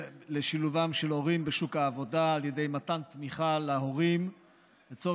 לשילובם של הורים בשוק העבודה על ידי מתן תמיכה להורים לצורך